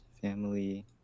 family